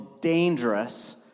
dangerous